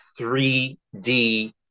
3D